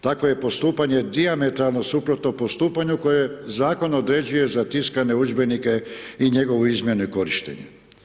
Takvo je postupanje dijametralno suprotno postupanju koje zakon određuje za tiskane udžbenike i njegovu izmjenu i korištenje.